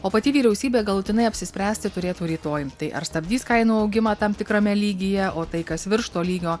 o pati vyriausybė galutinai apsispręsti turėtų rytoj tai ar stabdys kainų augimą tam tikrame lygyje o tai kas virš to lygio